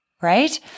right